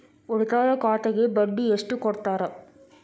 ಉಳಿತಾಯ ಖಾತೆಗೆ ಬಡ್ಡಿ ಎಷ್ಟು ಕೊಡ್ತಾರ?